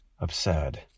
absurd